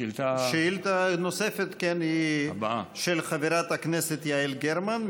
שאילתה נוספת היא של חברת הכנסת יעל גרמן,